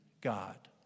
God